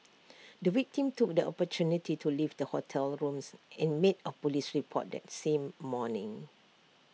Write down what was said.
the victim took the opportunity to leave the hotel rooms and made A Police report that same morning